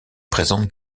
présentent